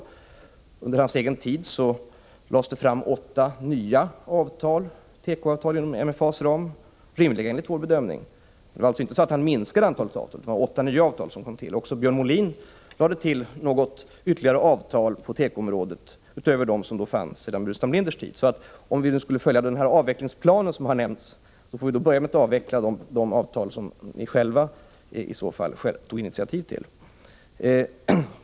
Under Burenstam Linders egen tid som handelsminister lades det fram åtta nya tekoavtal inom MFA:s ram — rimliga avtal enligt vår bedömning. Det var alltså inte så att Burenstam Linder minskade antalet avtal, utan det var åtta nya avtal som kom till. Också Björn Molin lade till ytterligare något avtal på tekoområdet utöver dem som fanns sedan Burenstam Linders tid. Om vi skulle följa den avvecklingsplan som har nämnts, får vi börja med att avveckla de avtal som ni själva tog initiativ till.